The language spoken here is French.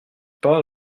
pas